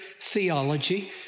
theology